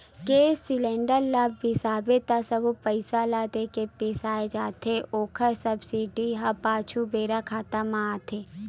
गेस cylinder ल बिसाबे त सबो पइसा ल दे के बिसाए जाथे ओखर सब्सिडी ह पाछू बेरा खाता म आथे